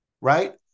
right